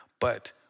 But-